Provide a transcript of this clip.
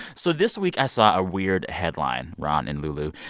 so this week, i saw a weird headline, ron and lulu,